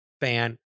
fan